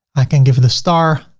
i can give it a star,